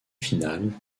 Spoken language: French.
finales